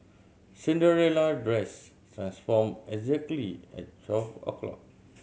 Cinderella dress transformed exactly at twelve o'clock